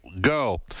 go